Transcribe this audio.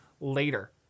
later